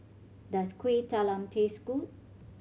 does Kueh Talam taste good